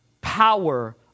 power